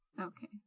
Okay